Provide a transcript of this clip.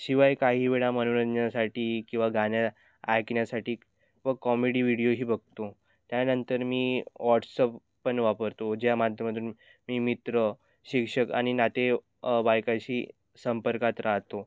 शिवाय काही वेळा मनोरंजनासाठी किंवा गाणे ऐकण्यासाठी व कॉमेडी व्हिडिओही बघतो त्यानंतर मी वॉट्सअप पण वापरतो ज्या माध्यमातून मी मित्र शिक्षक आणि नाते वायकाशी संपर्कात राहतो